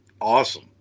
awesome